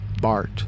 Bart